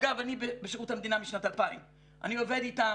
אגב, אני בשירות המדינה משנת 2000. אני עובד איתם.